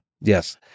Yes